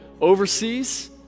overseas